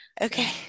Okay